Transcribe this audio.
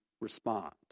respond